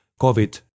COVID